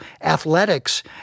athletics